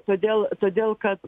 todėl todėl kad